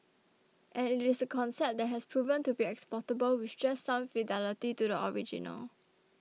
and it is a concept that has proven to be exportable with just some fidelity to the original